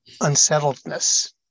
unsettledness